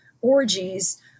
orgies